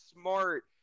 smart